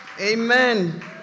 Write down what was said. Amen